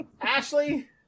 Ashley